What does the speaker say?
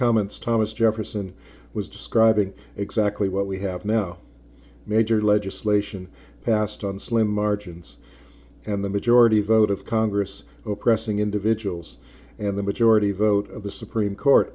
comments thomas jefferson was describing exactly what we have now major legislation passed on slim margins and the majority vote of congress oppressing individuals and the majority vote of the supreme court